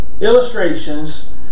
illustrations